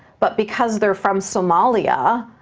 but because they're from somalia,